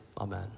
Amen